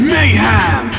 Mayhem